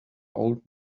old